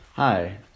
Hi